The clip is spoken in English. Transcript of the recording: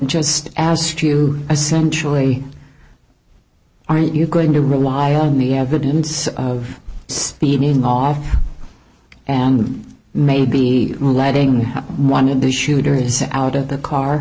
just ask you essentially are you going to rely on the evidence of speeding off and may be lighting one of the shooters out of the car